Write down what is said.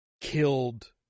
killed